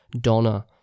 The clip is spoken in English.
Donna